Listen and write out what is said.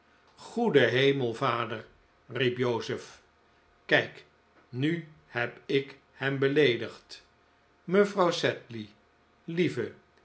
goeie hemel vader riep joseph kijk nu heb ik hem beleedigd mevrouw sedley lieve